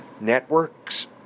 Networks